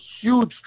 huge